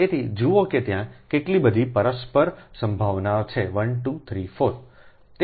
તેથી જુઓ કે ત્યાં કેટલી બધી પરસ્પર સંભાવનાઓ છે 1 2 3 4